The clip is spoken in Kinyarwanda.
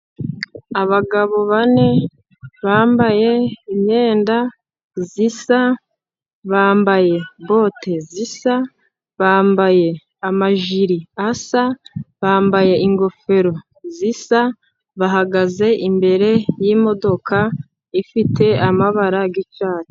Abagabo bane bambaye imyenda isa, bambaye bote zisa, bambaye amajiri asa, bambaye ingofero zisa, bahagaze imbere y'imodoka, ifite amabara y'icyatsi.